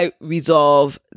resolve